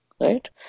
right